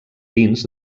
tints